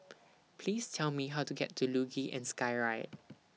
Please Tell Me How to get to Luge and Skyride